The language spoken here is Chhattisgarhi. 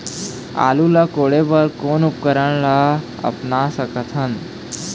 आलू ला कोड़े बर कोन उपकरण ला अपना सकथन?